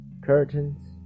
curtains